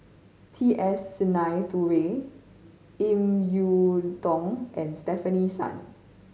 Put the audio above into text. T S Sinnathuray Ip Yiu Tung and Stefanie Sun